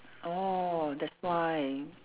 oh that's why